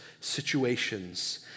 situations